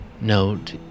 Note